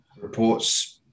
Reports